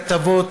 כתבות,